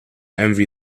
envy